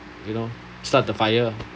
you know start the fire